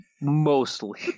Mostly